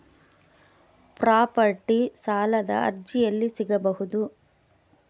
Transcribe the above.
Property ಸಾಲದ ಅರ್ಜಿ ಎಲ್ಲಿ ಸಿಗಬಹುದು?